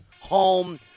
home